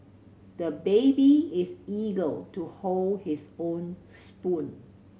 the baby is eager to hold his own spoon